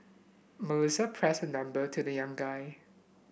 Melissa press her number to the young guy